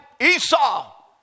Esau